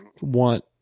want